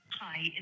Hi